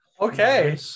Okay